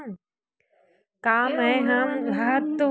का मै ह मुल्तानी माटी म खेती कर सकथव?